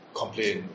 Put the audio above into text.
complain